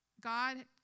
God